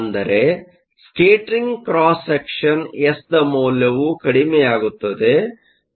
ಅಂದರೆ scattering cross section S ದ ಮೌಲ್ಯವು ಕಡಿಮೆಯಾಗುತ್ತದೆ